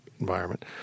environment